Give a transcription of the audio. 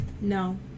No